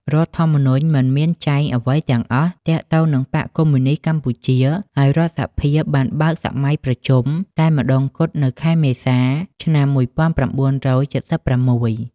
រដ្ឋធម្មនុញ្ញមិនមានចែងអ្វីទាំងអស់ទាក់ទងនឹងបក្សកុម្មុយនីស្តកម្ពុជា ហើយរដ្ឋសភាបានបើកសម័យប្រជុំ តែម្តងគត់នៅខែមេសា ឆ្នាំ១៩៧៦ ។